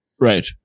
Right